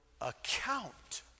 account